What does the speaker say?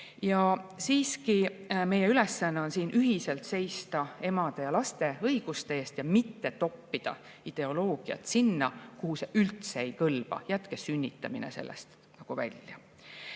asjakohane. Meie ülesanne on siin ühiselt seista emade ja laste õiguste eest ning mitte toppida ideoloogiat sinna, kuhu see üldse ei kõlba. Jätke sünnitamine sellest välja.